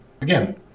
Again